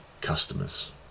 customers